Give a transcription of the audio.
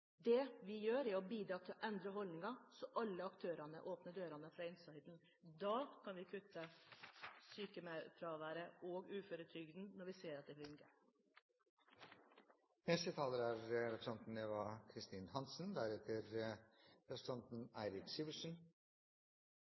Det vi gjør, er å bidra til å endre holdninger så alle aktørene åpner dørene fra innsiden. Da kan vi kutte sykefraværet og uføretrygden – når vi ser at det fungerer. Dette har vært en interessant dag, mange innlegg har blitt holdt, og ifølge talerlisten er